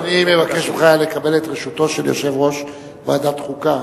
אני מבקש ממך לקבל את רשותו של יושב-ראש ועדת חוקה,